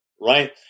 Right